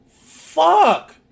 Fuck